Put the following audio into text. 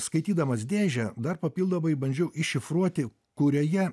skaitydamas dėžę dar papildomai bandžiau iššifruoti kurioje